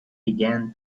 began